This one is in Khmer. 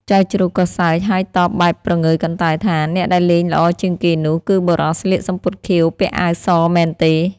ចៅជ្រូកក៏សើច ហើយតបបែបព្រងើយកន្តើយថា អ្នកដែលលេងល្អជាងគេនោះ គឺបុរសស្លៀកសំពត់ខៀវ ពាក់អាវស មែនទេ?